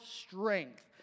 strength